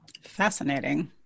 Fascinating